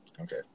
Okay